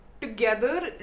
together